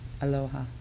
Aloha